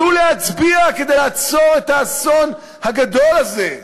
צאו להצביע כדי לעצור את האסון הגדול הזה.